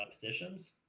positions